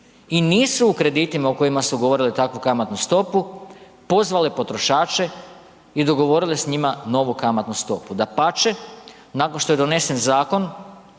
i nisu u kreditima u kojima su ugovorile takvu kamatnu stopu pozvale potrošače i dogovorile s njima novu kamatnu stopu. Dapače, nakon što je donesen zakon